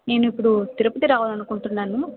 నేను ఇప్పుడు తిరుపతి రావాలనుకుంటున్నాను